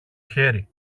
χέρι